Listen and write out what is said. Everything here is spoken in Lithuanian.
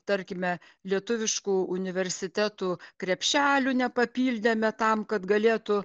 tarkime lietuviškų universitetų krepšelių nepapildėme tam kad galėtų